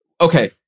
Okay